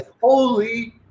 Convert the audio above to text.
holy